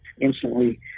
instantly